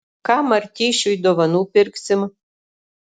ką martyšiui dovanų pirksim